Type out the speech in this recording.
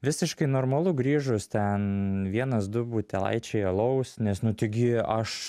visiškai normalu grįžus ten vienas du butelaičiai alaus nes nu taigi aš